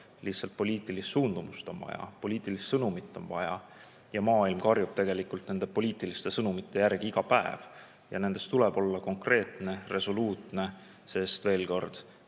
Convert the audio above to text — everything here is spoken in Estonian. Lihtsalt poliitilist suundumust on vaja, poliitilist sõnumit on vaja. Maailm karjub nende poliitiliste sõnumite järgi iga päev. Ja nendes tuleb olla konkreetne, resoluutne, sest veel kord: